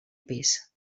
pis